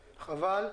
חבל.